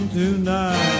tonight